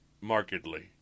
markedly